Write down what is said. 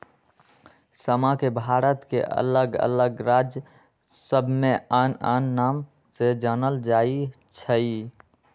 समा के भारत के अल्लग अल्लग राज सभमें आन आन नाम से जानल जाइ छइ